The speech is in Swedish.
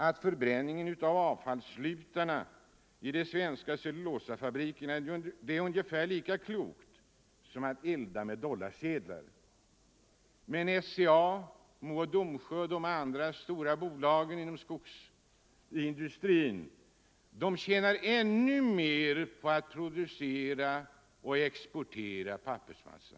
LL förbränningen av avfallslutarna i cellulosafabrikerna är ungefär lika klokt — Vissa frågor som att elda med dollarsedlar. Men SCA, Mo och Domsjö och de andra — rörande skogsindustora skogsbolagen inom skogsindustrin tjänar ännu mer på att producera = strin och exportera pappersmassa.